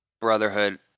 brotherhood